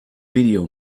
video